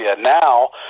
Now